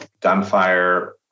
gunfire